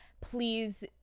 please